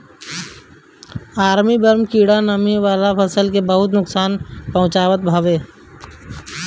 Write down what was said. army worm कीड़ा नमी वाला फसल के बहुते नुकसान पहुंचावत हवे